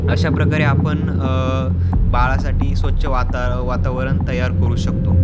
अशा प्रकारे आपण बाळासाठी स्वच्छ वाता वातावरण तयार करू शकतो